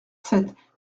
sept